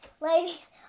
Ladies